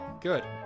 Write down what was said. good